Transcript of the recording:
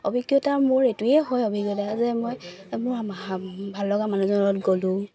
অভিজ্ঞতা মোৰ এইটোৱে হয় অভিজ্ঞতা যে মই মোৰ ভা ভাল লগা মানুহজনৰ লগত গ'লো